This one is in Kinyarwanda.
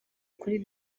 kuri